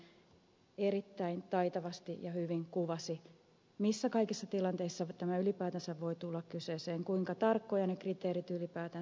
heinonen erittäin taitavasti ja hyvin kuvasi missä kaikissa tilanteissa tämä ylipäätänsä voi tulla kyseeseen kuinka tarkkoja ne kriteerit ylipäätänsä ovat